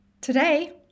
Today